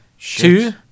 Two